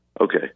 Okay